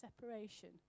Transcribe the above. separation